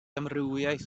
amrywiaeth